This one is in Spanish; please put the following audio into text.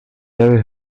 aves